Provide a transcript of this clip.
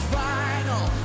final